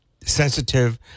sensitive